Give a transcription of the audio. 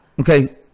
okay